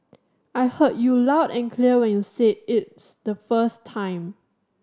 I heard you loud and clear when you said it's the first time